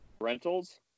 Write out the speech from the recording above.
Rentals